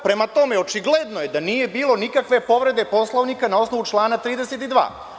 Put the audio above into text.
Prema tome, očigledno je da nije bilo nikakve povrede Poslovnika na osnovu člana 32.